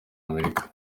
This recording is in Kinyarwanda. amerika